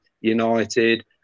United